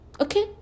Okay